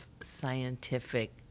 scientific